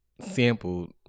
sampled